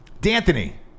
D'Anthony